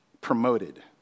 promoted